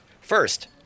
First